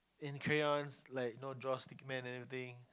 in crayons like know draw stickman and everything